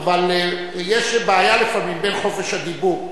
אבל יש בעיה לפעמים בחופש הדיבור.